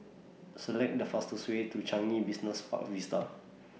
Select The fastest Way to Changi Business Park Vista